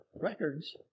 records